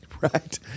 Right